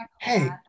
Hey